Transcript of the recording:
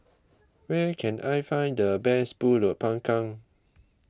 where can I find the best Pulut Panggang